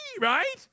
right